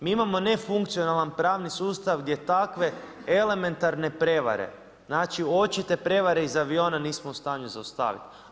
Mi imamo nefunkcionalan pravni sustav gdje takve elementarne prevare, znači očite prevare iz aviona nismo u stanju zaustaviti.